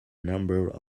number